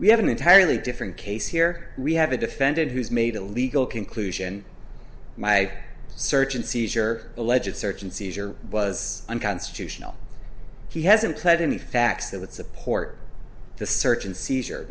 we have an entirely different case here we have a defendant who's made a legal conclusion my search and seizure a legit search and seizure was unconstitutional he hasn't had any facts that would support the search and seizure